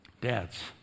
Dads